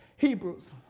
Hebrews